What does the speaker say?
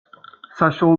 საშუალო